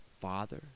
Father